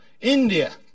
India